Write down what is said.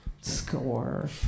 Score